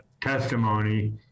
testimony